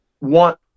want